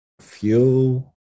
Fuel